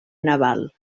naval